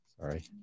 sorry